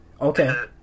Okay